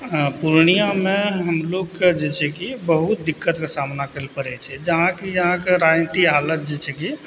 पूर्णियाँमे हमलोगके जे छै कि बहुत दिक्कतके सामना करै लै पड़ै छै जहाँ कि अहाँके राजनीतिक हालत जे छै कि